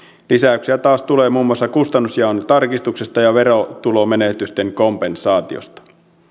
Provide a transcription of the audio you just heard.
lisäyksiä taas tulee muun muassa kustannusjaon tarkistuksesta ja verotulomenetysten kompensaatiosta